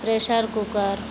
pressure cooker